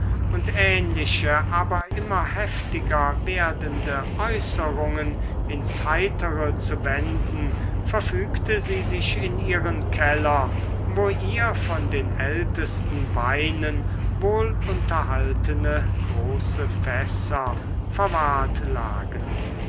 und ähnliche aber immer heftiger werdende äußerungen ins heitere zu wenden verfügte sie sich in ihren keller wo ihr von den ältesten weinen wohlunterhaltene große fässer verwahrt lagen